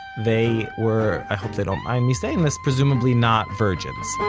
they were i hope they don't mind me saying this presumably not virgins